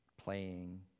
playing